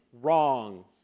wrong